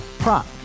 prop